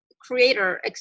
creator